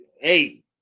Hey